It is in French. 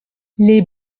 les